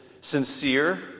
sincere